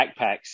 backpacks